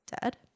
dead